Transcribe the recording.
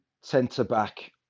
centre-back